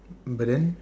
but then